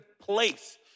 place